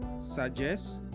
Suggest